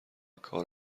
کار